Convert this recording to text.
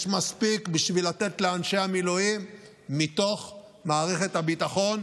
יש מספיק בשביל לתת לאנשי המילואים מתוך מערכת הביטחון,